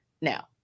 Now